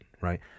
right